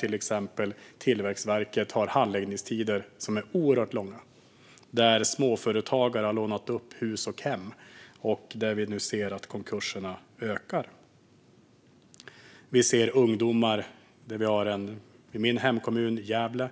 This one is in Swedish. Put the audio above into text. Till exempel har Tillväxtverket oerhört långa handläggningstider. Småföretagare har lånat upp hus och hem. Konkurserna ökar. I min hemkommun Gävle